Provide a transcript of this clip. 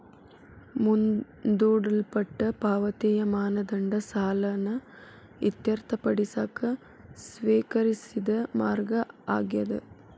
ಮುಂದೂಡಲ್ಪಟ್ಟ ಪಾವತಿಯ ಮಾನದಂಡ ಸಾಲನ ಇತ್ಯರ್ಥಪಡಿಸಕ ಸ್ವೇಕರಿಸಿದ ಮಾರ್ಗ ಆಗ್ಯಾದ